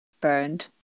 burned